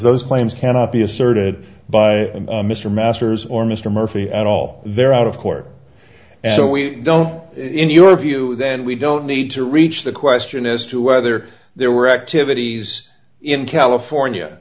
those claims cannot be asserted by mr masters or mr murphy at all they're out of court and so we don't in your view then we don't need to reach the question as to whether there were activities in california